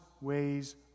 ways